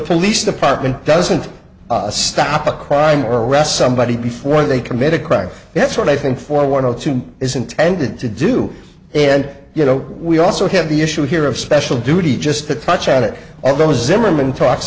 police department doesn't stop a crime or arrest somebody before they commit a crime that's what i think for one of two is intended to do and you know we also have the issue here of special duty just to touch on it and there was zimmerman talks